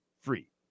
free